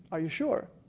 are you sure,